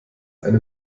eine